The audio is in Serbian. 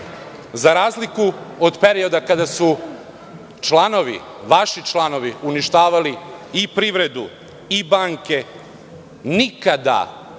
razliku od periodu kada su vaši članovi uništavali i privredu i banke, nikada,